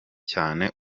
cyane